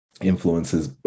influences